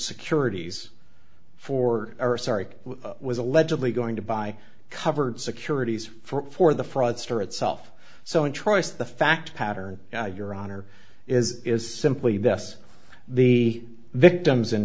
securities for or sorry was allegedly going to buy covered securities for for the fraudster itself so in trice the fact pattern your honor is is simply this the victims in